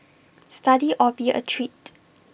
study or be A treat